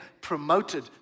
promoted